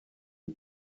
not